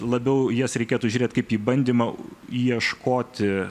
labiau į jas reikėtų žiūrėti kaip į bandymą ieškoti